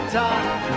time